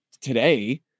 today